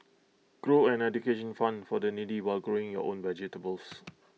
grow an education fund for the needy while growing your own vegetables